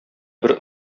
бер